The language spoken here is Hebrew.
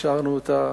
אישרנו אותה,